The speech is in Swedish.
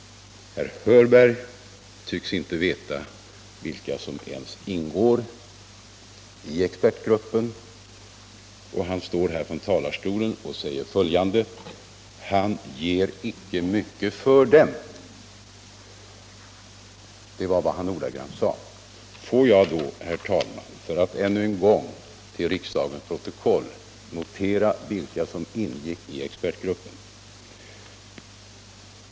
Herr Hörberg tycks inte ens veta vilka som ingår i expertgruppen och samtidigt står han här i talarstolen och säger att han ger inte mycket för arbetsgruppen. Det är ordagrant vad han sade. Får jag då än en gång, herr talman, i riksdagens protokoll läsa in vilka som ingått i expertgruppen.